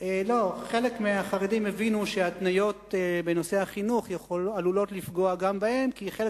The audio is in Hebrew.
חלק מהחרדים הבינו שההתניות בנושא החינוך עלולות לפגוע גם בהם כי חלק